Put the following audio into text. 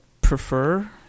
prefer